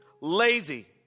lazy